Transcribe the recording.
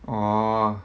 orh